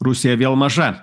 rusiją vėl maža